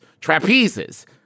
Trapezes